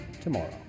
tomorrow